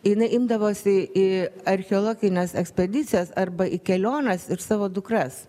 jinai imdavosi į archeologines ekspedicijas arba į keliones ir savo dukras